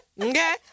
Okay